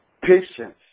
patience